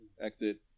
exit